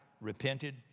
repented